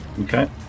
Okay